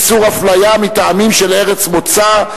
איסור אפליה מטעמים של ארץ מוצא),